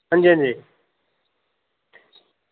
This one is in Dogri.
हांजी हांजी